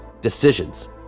decisions